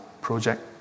project